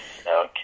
Okay